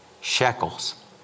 shekels